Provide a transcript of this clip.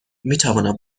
میتوانم